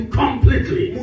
completely